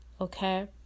okay